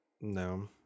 No